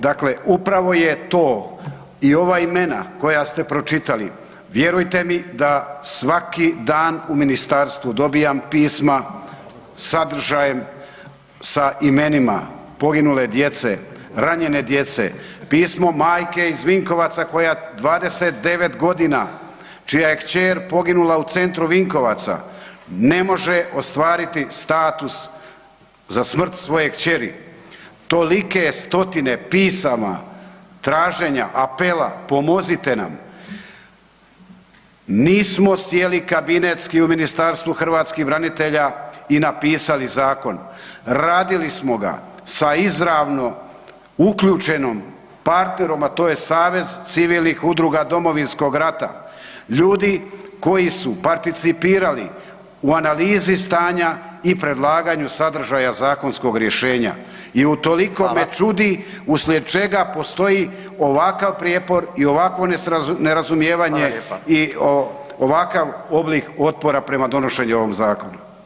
Dakle, upravo je to i ova imena koja ste pročitali, vjerujte mi da svaki dan u Ministarstvu dobivam pisma sa sadržajem sa imenima poginule djece, ranjene djece, pismo majke iz Vinkovaca koja 29 g. čija je kćer poginula u centru Vinkovaca, ne može ostvariti status za smrt svoje kćeri, tolike stotine pisama, traženja, apela „pomozite nam“ nismo sjeli kabinetski u Ministarstvu hrvatskih branitelja i napisali zakon, radili smo ga sa izravno uključenom ... a to je Savezom civilnih udruga Domovinskog rata, ljudi koji su participirali u analizi stanja i predlaganju sadržaja zakonskog rješenja [[Upadica Radin: Hvala.]] i utoliko me čudi uslijed čega postoji ovakav prijepor i ovakvo nerazumijevanje [[Upadica Radin: Hvala lijepa.]] i ovakav oblik otpora prema donošenju ovog zakona.